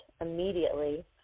immediately